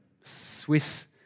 Swiss